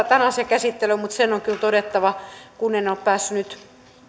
tämän asian käsittelyä mutta se on kyllä todettava kun en ole päässyt